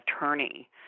attorney